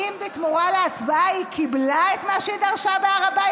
האם בתמורה להצבעה היא קיבלה את מה שהיא דרשה בהר הבית?